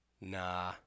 Nah